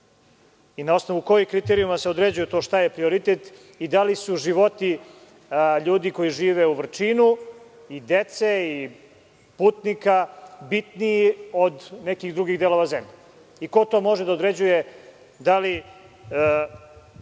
Na osnovu kojih kriterijuma se određuje šta je to prioritet i da li su životi ljudi koji žive u Vrčinu, dece i putnika bitniji od nekih drugih delova zemlje? Ko to može da određuje da li